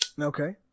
Okay